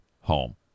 Home